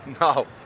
no